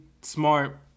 smart